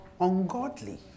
ungodly